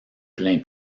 plain